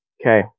Okay